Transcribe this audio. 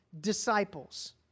disciples